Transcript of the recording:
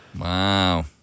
Wow